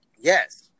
yes